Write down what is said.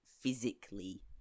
physically